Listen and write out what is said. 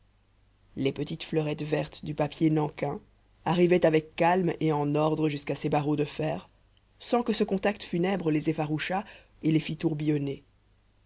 les petites fleurettes vertes du papier nankin arrivaient avec calme et en ordre jusqu'à ces barreaux de fer sans que ce contact funèbre les effarouchât et les fît tourbillonner